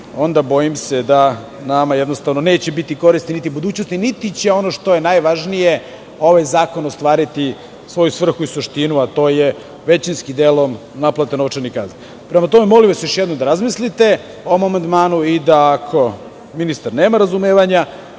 onda, bojim se, nama jednostavno neće biti koristi, niti budućnosti, niti će, ono što je najvažnije, ovaj zakon ostvariti svoju svrhu i suštinu, a to je većinskim delom naplata novčanih kazni. Prema tome, molim vas još jednom da razmislite o mom amandmanu i da, ako ministar nema razumevanja,